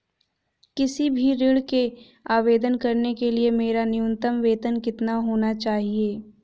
किसी भी ऋण के आवेदन करने के लिए मेरा न्यूनतम वेतन कितना होना चाहिए?